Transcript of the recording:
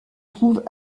trouve